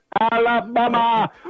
Alabama